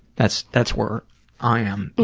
that's that's where i'm yeah